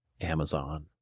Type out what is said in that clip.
Amazon